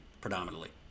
predominantly